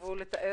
וחרדיות,